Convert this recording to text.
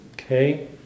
Okay